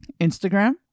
Instagram